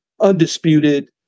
Undisputed